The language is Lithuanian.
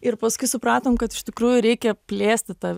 ir paskui supratom kad iš tikrųjų reikia plėsti tą